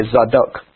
Zadok